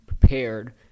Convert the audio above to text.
prepared